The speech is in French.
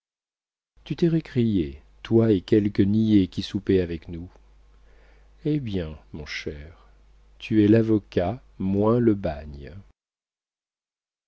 tu t'es récrié toi et quelques niais qui soupaient avec nous eh bien mon cher tu es l'avocat moins le bagne